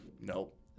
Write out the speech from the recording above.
Nope